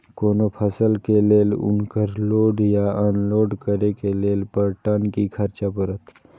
कोनो फसल के लेल उनकर लोड या अनलोड करे के लेल पर टन कि खर्च परत?